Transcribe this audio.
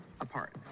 apart